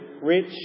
rich